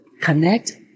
connect